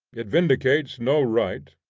it vindicates no right,